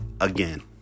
again